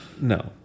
no